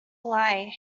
lie